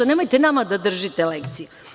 Nemojte nama da držite lekcije.